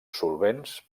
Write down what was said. solvents